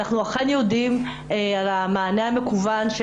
אנחנו יודעים על המענה המקוון.